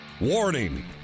Warning